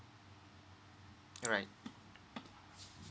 alright